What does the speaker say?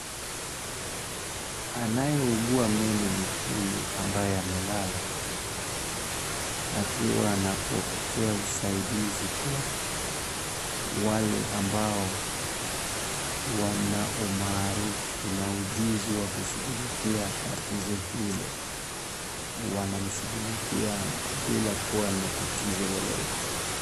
Anayeugua meno ni huyu ambaye amelala akiwa anapokea usaidizi kwa wale ambao wana umaarufu na ujuzi wa kushughulikia tatizo hilo. Wanamshughulikia bila kuwa na tatizo lolote.